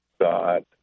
God